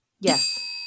Yes